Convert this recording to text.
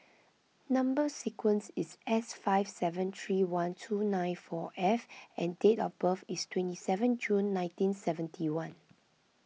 Number Sequence is S five seven three one two nine four F and date of birth is twenty seven June nineteen seventy one